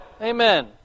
Amen